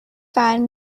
find